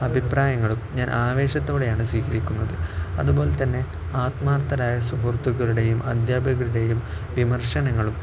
അഭിപ്രായങ്ങളും ഞാൻ ആവേശത്തോടെയാണ് സ്വീകരിക്കുന്നത് അതുപോലെ തന്നെ ആത്മാർത്ഥരായ സുഹൃത്തുക്കളുടെയും അധ്യാപകരുടെയും വിമർശനങ്ങളും